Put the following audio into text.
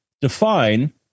define